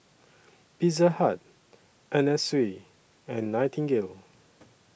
Pizza Hut Anna Sui and Nightingale